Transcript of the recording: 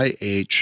IH